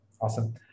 Awesome